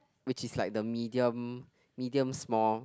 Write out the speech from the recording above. which is like the medium medium small